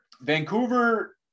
Vancouver